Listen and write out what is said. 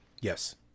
Yes